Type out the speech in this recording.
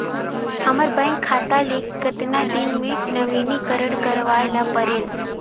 हमर बैंक खाता ले कतना दिन मे नवीनीकरण करवाय ला परेल?